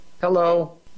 Hello